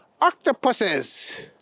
octopuses